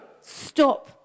Stop